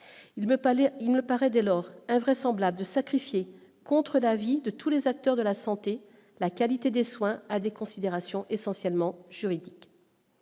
il me paraît dès lors invraisemblable de sacrifier contre la vie de tous les acteurs de la santé, la qualité des soins à des considérations essentiellement juridique,